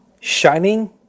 Shining